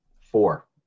Four